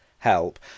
help